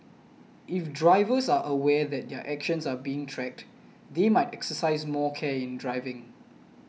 if drivers are aware that their actions are being tracked they might exercise more care in driving